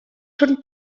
són